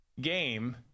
game